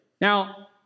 Now